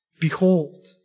behold